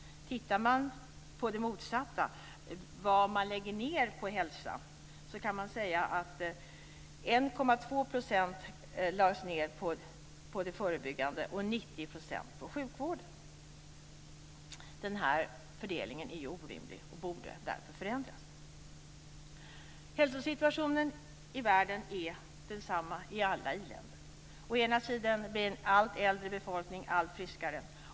Tittar man på det motsatta, nämligen vad man lägger ned på hälsa, lades 1,2 % på det förebyggande och 90 % på sjukvården. Den här fördelningen är orimlig och borde därför förändras. Hälsosituationen i världen är densamma i alla iländer. Å ena sidan blir en allt äldre befolkning allt friskare.